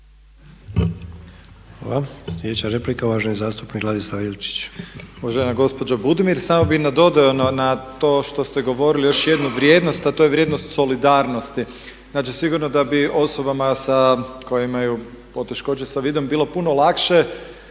Hvala. Sljedeća replika, uvaženi zastupnik Ladislav Ilčić. **Ilčić, Ladislav (HRAST)** Uvažena gospođo Budimir. Samo bih nadodao na to što ste govorili još jednu vrijednost, a to je vrijednost solidarnosti. Znači, sigurno da bi osobama sa, koje imaju poteškoće sa vidom bilo puno lakše